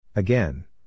Again